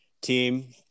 team